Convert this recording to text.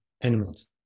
animals